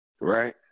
right